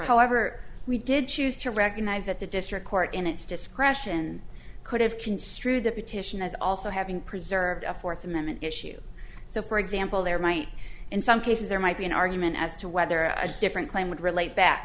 however we did choose to recognize that the district court in its discretion could have construed the petition as also having preserved a fourth amendment issue so for example there might in some cases there might be an argument as to whether a different claim would relate back